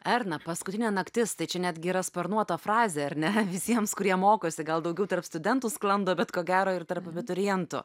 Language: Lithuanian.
erna paskutinė naktis tai čia netgi yra sparnuota frazė ar ne visiems kurie mokosi gal daugiau tarp studentų sklando bet ko gero ir tarp abiturientų